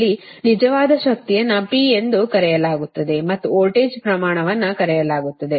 ಇಲ್ಲಿ ನಿಜವಾದ ಶಕ್ತಿಯನ್ನು P ಎಂದು ಕರೆಯಲಾಗುತ್ತದೆ ಮತ್ತು ವೋಲ್ಟೇಜ್ ಪ್ರಮಾಣವನ್ನು ಕರೆಯಲಾಗುತ್ತದೆ